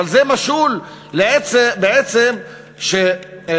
אבל זה משול בעצם לכך